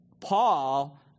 Paul